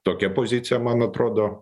tokia pozicija man atrodo